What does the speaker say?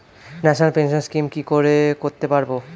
National pension scheme কি করে করতে পারব?